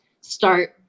start